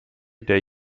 der